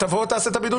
תבוא ותעשה את הבידוד פה.